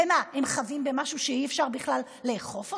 במה, הם חבים במשהו שבכלל אי-אפשר לאכוף אותו?